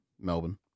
Melbourne